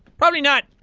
probably not.